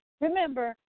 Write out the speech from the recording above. Remember